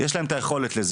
יש להן את היכולת לזה.